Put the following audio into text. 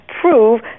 prove